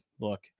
Look